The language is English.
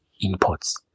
imports